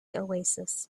oasis